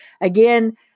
Again